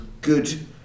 good